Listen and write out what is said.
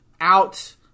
out